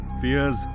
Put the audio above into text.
fears